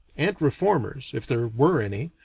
ant reformers, if there were any,